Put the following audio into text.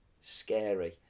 scary